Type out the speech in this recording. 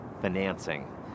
financing